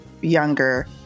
younger